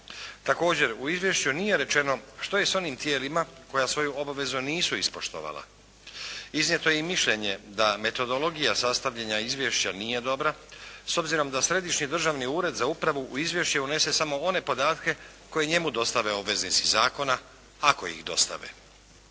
Također u izvješću nije rečeno što je s onim tijelima koja svoju obvezu nisu ispoštovala. Iznijeto je i mišljenje da metodologija sastavljanja izvješća nije dobra, s obzirom da Središnji državni ured za upravu u izvješće unese samo one podatke koje njemu dostave obveznici zakona, ako ih dostave.